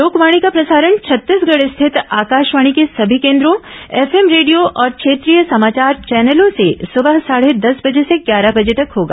लोकवाणी का प्रसारण छत्तीसगढ स्थित आकाशवाणी के सभी केन्द्रों एफ एम रेडियो और क्षेत्रीय समाचार चौनलों से सुबह साढ़े दस से ग्यारह बजे तक होगा